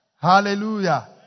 Hallelujah